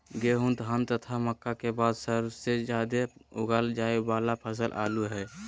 गेहूं, धान तथा मक्का के बाद सबसे ज्यादा उगाल जाय वाला फसल आलू हइ